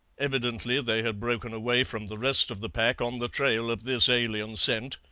evidently they had broken away from the rest of the pack on the trail of this alien scent,